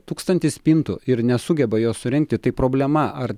tūkstantį spintų ir nesugeba jos surinkti tai problema ar